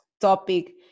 topic